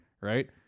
right